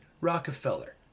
Rockefeller